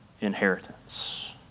inheritance